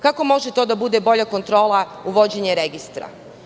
Kako može da bude to bolja kontrola, uvođenje registra?